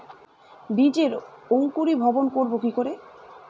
বীজের অঙ্কোরি ভবন করব কিকরে?